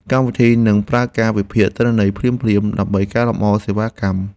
កម្មវិធីនឹងប្រើការវិភាគទិន្នន័យភ្លាមៗ ដើម្បីកែលម្អសេវាកម្ម។